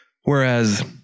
Whereas